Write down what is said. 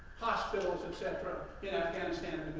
hospitals, etcetera, in afghanistan